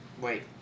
Wait